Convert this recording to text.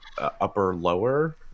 upper-lower